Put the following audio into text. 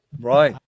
Right